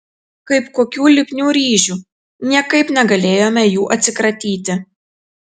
kaip kokių lipnių ryžių niekaip negalėjome jų atsikratyti